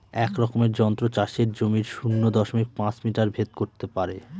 এক রকমের যন্ত্র চাষের জমির শূন্য দশমিক পাঁচ মিটার ভেদ করত পারে